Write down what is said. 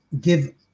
give